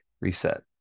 reset